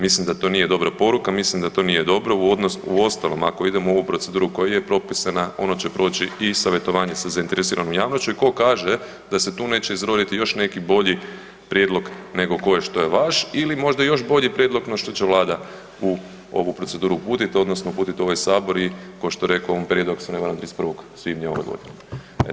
Mislim da to nije dobra poruka, mislim da to nije dobro, uostalom ako idemo u ovu proceduru koja je propisana ona će proći i savjetovanje sa zainteresiranom javnošću i tko kaže da se tu neće izroditi još neki bolji prijedlog nego kao što je vaš ili možda još bolji prijedlog na što će Vlada u ovu proceduru uputiti odnosno uputiti u ovaj sabor i kao što je rekao u ovom periodu ako se ne varam 31. svibnja ove godine.